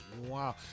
wow